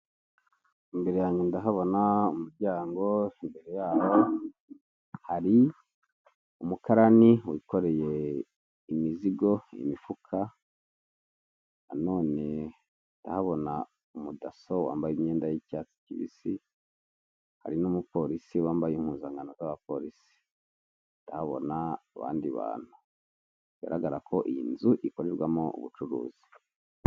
Imbere yanjye ndahabona umuryango imbere yaho hari umukarani wikoreye imizigo imifuka, na none ndahabona umudaso wambaye imyenda y'icyatsi kibisi, hari n'umupolisi wambaye impuzankano z'abapolisi. Ndahabona abandi bantu bigaragara ko iyi nzu ikorerwamo ubucuruzi.